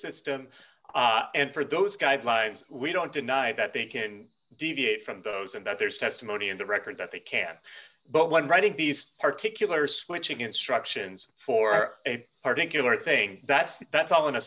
system and for those guidelines we don't deny that they can deviate from those and that there's testimony in the record that they can but when writing piece particularly switching instructions for a particularly thing that's that that's all in a